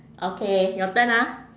okay your turn ah